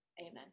amen